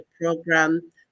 program